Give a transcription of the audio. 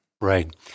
Right